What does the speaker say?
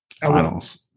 Finals